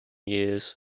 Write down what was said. years